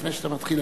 לפני שאתה מתחיל,